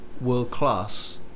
world-class